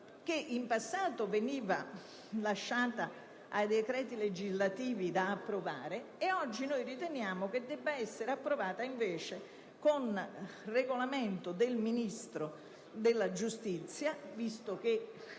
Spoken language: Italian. che in passato veniva lasciata ai decreti legislativi da approvare, e che oggi noi riteniamo debba invece essere approvata con regolamento del Ministro della giustizia (visto che